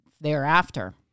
thereafter